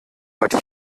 hat